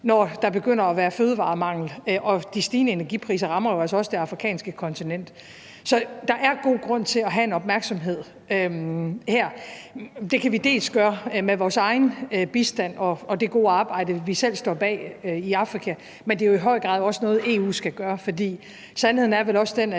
når der begynder at komme fødevaremangel, og de stigende energipriser rammer jo altså også det afrikanske kontinent. Så der er god grund til at have en opmærksomhed her. Det kan vi dels gøre med vores egen bistand og det gode arbejde, vi selv står bag i Afrika, men det er jo i høj grad også noget, EU skal gøre. For sandheden er vel også den,